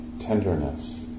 tenderness